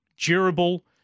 durable